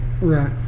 Right